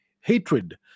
hatred